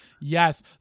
yes